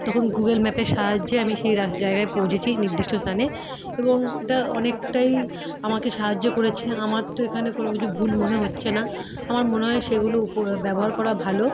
তখন গুগল ম্যাপের সাহায্যে আমি সেই রাস জায়গায় পৌঁছেছি নির্দিষ্ট স্থানে এবং এটা অনেকটাই আমাকে সাহায্য করেছে আমার তো এখানে কোনো কিছু ভুল মনে হচ্ছে না আমার মনে হয় সেগুলো উপ ব্যবহার করা ভালো